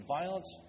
violence